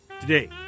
Today